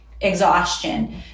exhaustion